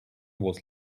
was